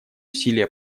усилия